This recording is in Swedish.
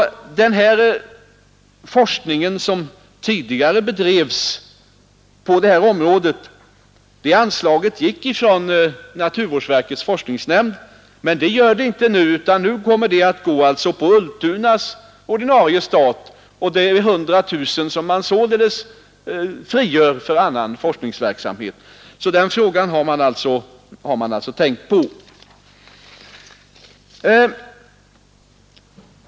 Anslaget till den forskning som tidigare bedrevs på det här området gick från naturvårdsverkets forskningsnämnd, men nu kommer anslaget i stället att gå på Ultunas ordinarie stat. Det är 100 000 kronor som på det sättet frigörs för annan forskningsverksamhet. Den frågan har man alltså tänkt på.